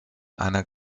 einer